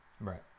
Right